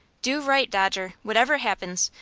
do right, dodger, whatever happens.